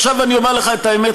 עכשיו אני אומר לך את האמת,